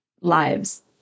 lives